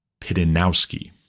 Pidenowski